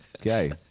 Okay